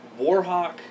Warhawk